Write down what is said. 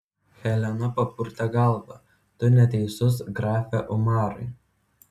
helena papurtė galvą tu neteisus grafe umarai